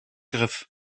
griff